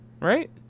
right